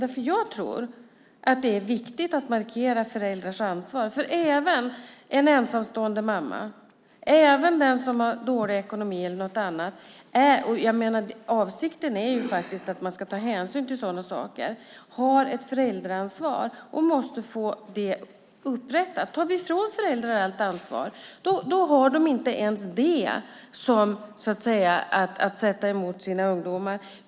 Jag tror nämligen att det är viktigt att markera föräldrars ansvar. Det gäller även en ensamstående mamma och även den som har dålig ekonomi eller något annat. Avsikten är att man ska ta hänsyn till sådana saker. Men alla har ett föräldraansvar och måste få det upprättat. Om vi tar från föräldrar allt ansvar har de inte ens det att sätta emot sina ungdomar.